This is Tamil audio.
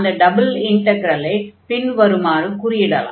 அந்த டபுள் இன்டக்ரலைப் பின்வருமாறு குறியிடலாம்